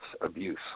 abuse